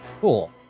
Cool